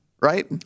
Right